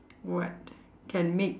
what can make